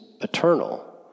eternal